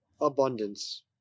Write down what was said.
abundance